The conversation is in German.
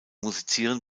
musizieren